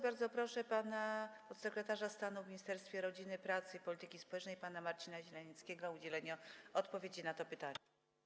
Bardzo proszę pana podsekretarza stanu w Ministerstwie Rodziny, Pracy i Polityki Społecznej pana Marcina Zielenieckiego o udzielenie odpowiedzi na to pytanie.